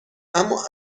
اما